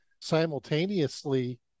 simultaneously